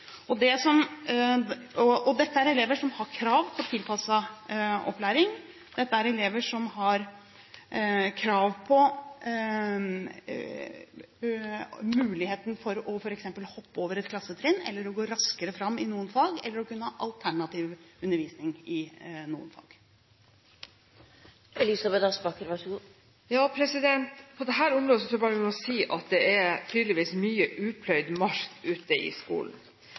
Dette er elever som har krav på tilpasset opplæring. Dette er elever som har krav på muligheten for f.eks. å hoppe over et klassetrinn, å gå raskere fram i noen fag, eller å kunne ha alternativ undervisning i noen fag. På dette området tror jeg vi bare må si at det tydeligvis er mye upløyd mark ute i skolen.